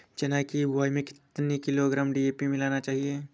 चना की बुवाई में कितनी किलोग्राम डी.ए.पी मिलाना चाहिए?